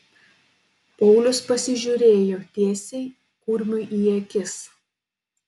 paulius pasižiūrėjo tiesiai kurmiui į akis